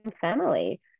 family